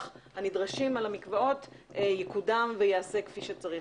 הנדרשים למקוואות יקודם וייעשה כפי שצריך.